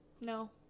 No